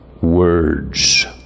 words